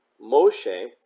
Moshe